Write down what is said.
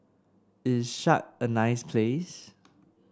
is Chad a nice place